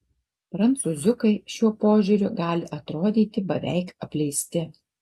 prancūziukai šiuo požiūriu gali atrodyti beveik apleisti